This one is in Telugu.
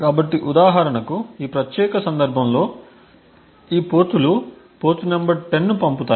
కాబట్టి ఉదాహరణకు ఈ ప్రత్యేక సందర్భంలో ఈ పోర్టులు పోర్ట్ నంబర్ 10 ను పంపుతాయి